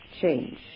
change